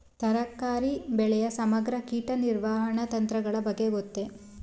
ತರಕಾರಿ ಬೆಳೆಯ ಸಮಗ್ರ ಕೀಟ ನಿರ್ವಹಣಾ ತಂತ್ರಗಳ ಬಗ್ಗೆ ಗೊತ್ತೇ?